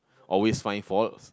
always find faults